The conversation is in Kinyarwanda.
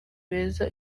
beza